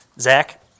Zach